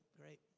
great